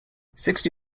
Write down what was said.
sixty